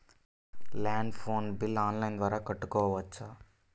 Land phone bill online ద్వారా కట్టుకోవచ్చు?